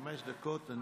חמש דקות.